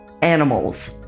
animals